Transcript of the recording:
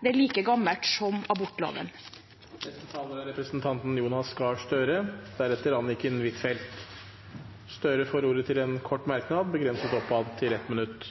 Den er like gammel som abortloven. Representanten Jonas Gahr Støre har hatt ordet to ganger tidligere og får ordet til en kort merknad, begrenset til 1 minutt.